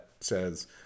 says